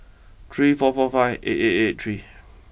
three four four five eight eight eight three